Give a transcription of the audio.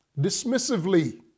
Dismissively